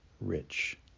rich